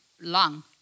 long